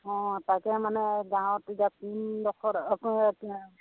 অঁ তাকে মানে গাঁৱত এতিয়া কোনডোখৰত হয় এতিয়া